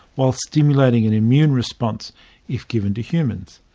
while stimulating an immune response if given to humans.